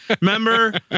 Remember